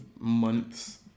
months